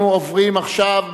אנחנו עוברים עכשיו,